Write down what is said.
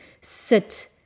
sit